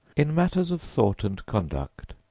in matters of thought and conduct,